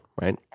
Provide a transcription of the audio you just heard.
right